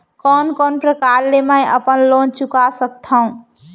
कोन कोन प्रकार ले मैं अपन लोन चुका सकत हँव?